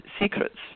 secrets